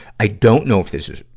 i don't know if this is,